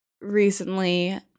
recently